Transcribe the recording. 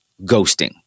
ghosting